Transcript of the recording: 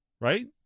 right